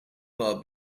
far